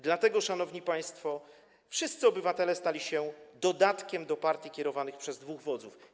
Dlatego, szanowni państwo, wszyscy obywatele stali się dodatkiem do partii kierowanych przez dwóch wodzów.